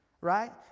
right